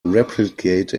replicate